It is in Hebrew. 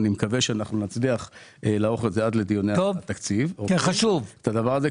אני מקווה שאנחנו נצליח לערוך את זה עד לדיוני התקציב את הדבר הזה,